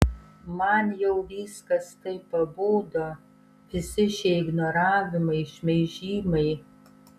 man jau viskas taip pabodo visi šie ignoravimai šmeižimai